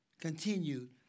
continued